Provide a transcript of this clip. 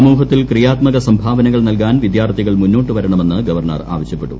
സമൂഹത്തിൽ ക്രിയാത്മക സ്ക്രൂഭാവനകൾ നൽകാൻ വിദ്യാർത്ഥികൾ മുന്നോട്ടുവരണമെന്ന് ഗവർണർ ആവശ്യപ്പെട്ടു